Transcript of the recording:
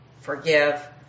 forgive